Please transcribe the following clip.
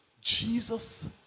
Jesus